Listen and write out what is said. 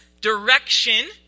direction